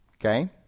Okay